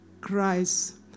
Christ